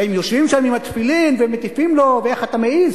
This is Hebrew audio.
והם יושבים שם עם התפילין ומטיפים לו: איך אתה מעז,